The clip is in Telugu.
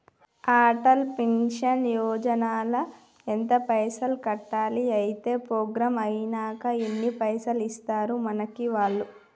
అటల్ పెన్షన్ యోజన ల ఎంత పైసల్ కట్టాలి? అత్తే ప్రోగ్రాం ఐనాక ఎన్ని పైసల్ ఇస్తరు మనకి వాళ్లు?